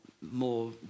more